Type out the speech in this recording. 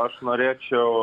aš norėčiau